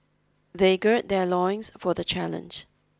they gird their loins for the challenge